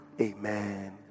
Amen